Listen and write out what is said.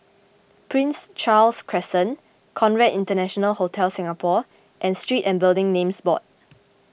Prince Charles Crescent Conrad International Hotel Singapore and Street and Building Names Board